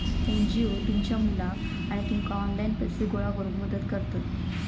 NGO तुमच्या मुलाक आणि तुमका ऑनलाइन पैसे गोळा करूक मदत करतत